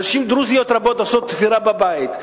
נשים דרוזיות רבות עושות תפירה בבית,